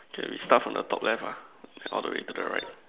okay we start from the top left ah then all the way to the right